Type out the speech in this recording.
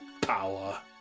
power